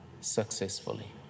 successfully